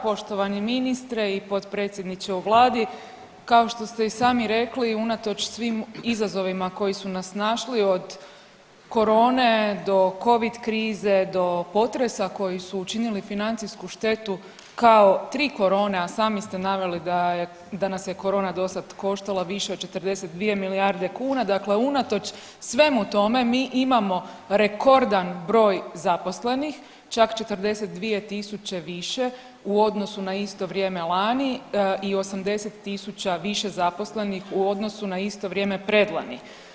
Poštovani ministre i potpredsjedniče u vladi, kao što ste i sami rekli unatoč svim izazovima koji su nas snašli od korone do Covid krize do potresa koji su učinili financijsku štetu kao 3 korone, a sami ste naveli da je, da nas je korona dosada koštala više od 42 milijarde kuna, dakle unatoč svemu tome mi imamo rekordan broj zaposlenih čak 42.000 više u odnosu na isto vrijeme lani i 80.000 više zaposlenih u odnosu na isto vrijeme predlani.